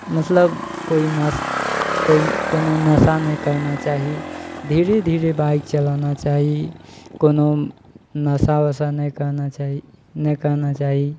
मतलब कोइ नश कोनो नशा नहि करना चाही धीरे धीरे बाइक चलाना चाही कोनो नशा वसा नहि करना चाही नहि करना चाही